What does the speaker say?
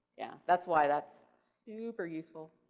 yeah that's why that's super useful.